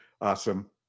Awesome